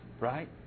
Right